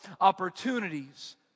opportunities